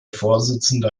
vorsitzende